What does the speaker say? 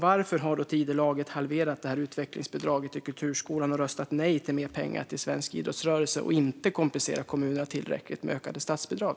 Varför har Tidölaget halverat utvecklingsbidraget till kulturskolan och röstat nej till mer pengar till svensk idrottsrörelse? Varför kompenserar man inte kommunerna tillräckligt med ökade statsbidrag?